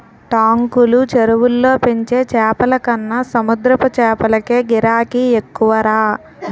టాంకులు, చెరువుల్లో పెంచే చేపలకన్న సముద్రపు చేపలకే గిరాకీ ఎక్కువరా